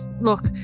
look